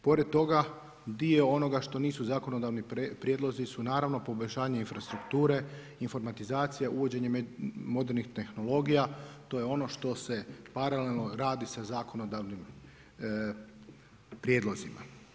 Pored toga, dio onoga što nisu zakonodavni prijedlozi su naravno poboljšanje infrastrukture, informatizacija, uvođenje mobilnih tehnologija, to je ono što se paralelno radi sa zakonodavnim prijedlozima.